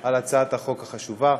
על הצעת החוק החשובה.